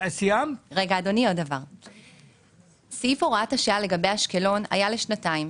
סעיף הוראת השעה לגבי אשקלון היה לשנתיים,